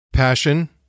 passion